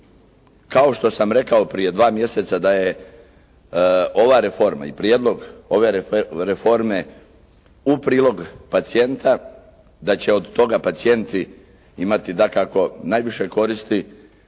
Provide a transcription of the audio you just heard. kao što sam rekao prije dva mjeseca da je ova reforma i prijedlog ove reforme u prilog pacijenta da će od toga pacijenti imati dakako najviše koristi